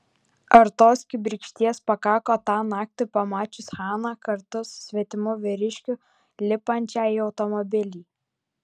ar tos kibirkšties pakako tą naktį pamačius haną kartu su svetimu vyriškiu lipančią į automobilį